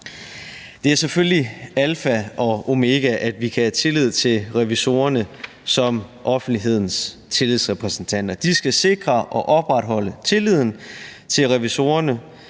Det er selvfølgelig alfa og omega, at vi kan have tillid til revisorerne som offentlighedens tillidsrepræsentanter. De skal sikre og opretholde tilliden til de